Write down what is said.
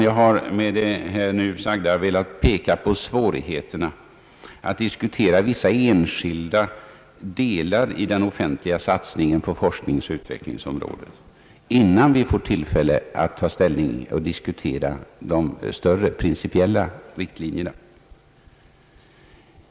Jag har med det nu anförda velat peka på svårigheterna att diskutera vissa enskilda delar i den offentliga satsningen på forskningsutvecklingens område, innan vi får tillfälle att ta ställning och diskutera de större principiella riktlinjerna.